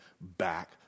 back